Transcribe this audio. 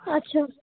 আচ্ছা